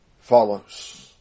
follows